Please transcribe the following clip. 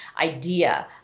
idea